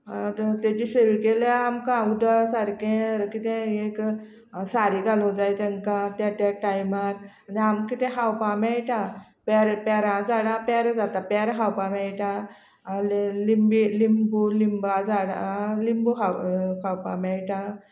आतां तेजी सेवा केल्या आमकां उदक सारकें कितें एक सारें घालूं जाय तेंकां त्या त्या टायमार आनी आमकां कितें खावपा मेळटा पेर पेरां झाडां पेर जाता पेर खावपा मेळटा आलें लिंबी लिंबू लिंबां झाडां लिंबू खाव खावपा मेळटा